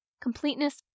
completeness